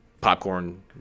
popcorn